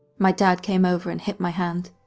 my dad came over and hit my hand.